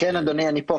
אדוני, אני פה.